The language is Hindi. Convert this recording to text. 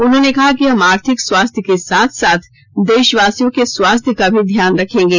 उन्होंने कहा कि हम आर्थिक स्वास्थ्य के साथ साथ देशवासियों के स्वास्थ्य का भी ध्यान रखेंगे